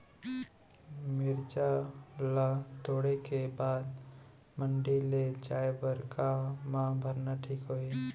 मिरचा ला तोड़े के बाद मंडी ले जाए बर का मा भरना ठीक होही?